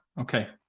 Okay